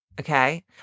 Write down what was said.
Okay